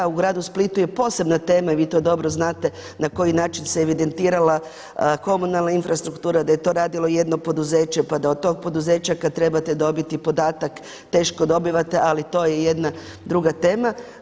U gradu Splitu je posebna tema i vi to dobro znate na koji način se evidentirala komunalna infrastruktura, da je to radilo jedno poduzeće, pa da od tog poduzeća kad trebate dobiti podatak teško dobivate, ali to je jedna druga tema.